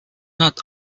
not